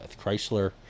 Chrysler